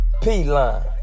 P-Line